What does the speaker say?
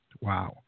Wow